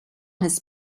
his